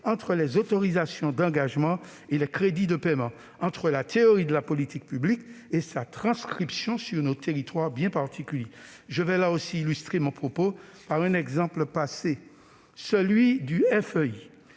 entre les autorisations d'engagement et les crédits de paiement, entre la théorie de la politique publique et sa transcription sur nos territoires bien particuliers. J'illustrerai là aussi mon propos par un exemple passé. Le FEI,